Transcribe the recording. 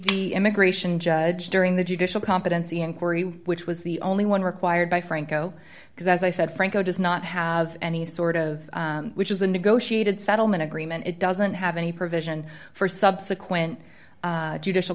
the immigration judge during the judicial competency inquiry which was the only one required by franco because as i said franco does not have any sort of which is a negotiated settlement agreement it doesn't have any provision for subsequent judicial